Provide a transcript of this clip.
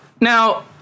Now